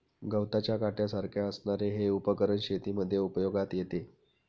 गवताच्या काट्यासारख्या असणारे हे उपकरण शेतीमध्ये उपयोगात येते